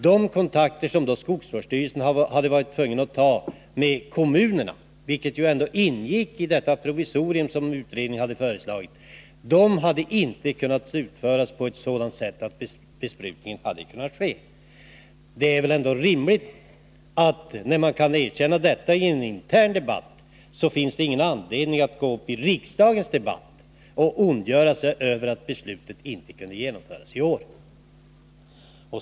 De förhandlingar som skogsvårdsstyrelsen då hade varit tvungen att ta upp med kommunerna — vilket ingick i det provisorium som utredningen hade föreslagit — hade inte kunnat slutföras på sådant sätt att besprutningen hade kunnat ske. När man kan erkänna detta i en intern debatt, är det väl ingen anledning att gå upp i riksdagsdebatten och ondgöra sig över att beslutet inte kunnat fattas i år.